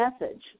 message